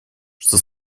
что